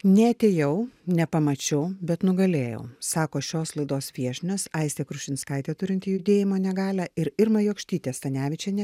neatėjau nepamačiau bet nugalėjau sako šios laidos viešnios aistė krušinskaitė turinti judėjimo negalią ir irma jokštytė stanevičienė